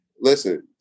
listen